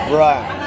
right